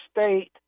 State